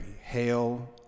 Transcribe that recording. Hail